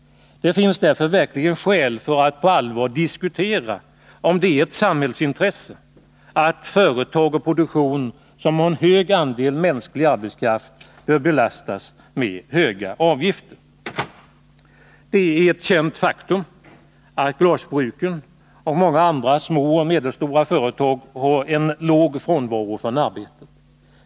Det finns därför verkligen skäl att på allvar diskutera om det är ett samhällsintresse att företag och produktion som har hög andel mänsklig arbetskraft bör belastas med höga avgifter. Det är ett känt faktum att glasbruken och många andra små och medelstora företag har en låg frånvaro från arbetet.